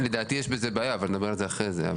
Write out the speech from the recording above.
לדעתי יש בזה בעיה, אבל נדבר על זה אחרי זה.